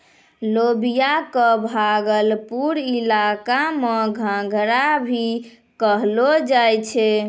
लोबिया कॅ भागलपुर इलाका मॅ घंघरा भी कहलो जाय छै